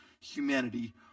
humanity